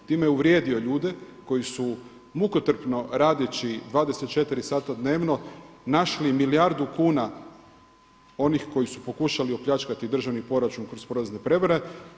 Time je uvrijedio ljude koji su mukotrpno radeći 24 sata dnevno našli milijardu kuna onih koji su pokušali opljačkati državni proračun kroz porezne prijevare.